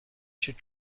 should